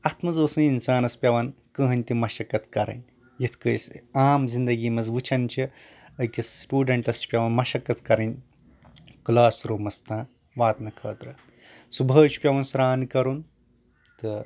اَتھ منٛز اوس نہٕ اِنسانَس پیٚوان کٕہینۍ تہِ مَشکت کَرٕنۍ یَِتھ کٔنۍ أسۍ عام زنٛدگی منٛز وُچھان چھِ أکِس سُٹوٗڈنٛٹس چھِ پیوان مَشکت کَرٕنۍ کٕلاس روٗمس تام واتنہٕ خٲطرٕ صبُحٲے چھُ پیوان سران کَرُن تہٕ